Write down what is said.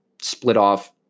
split-off